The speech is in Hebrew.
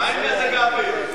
מה עם מזג האוויר?